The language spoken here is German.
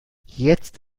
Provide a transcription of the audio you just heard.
jetzt